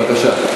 בבקשה.